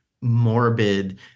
morbid